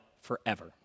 forever